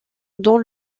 dans